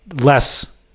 Less